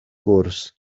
gwrs